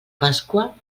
pasqua